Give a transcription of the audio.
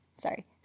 sorry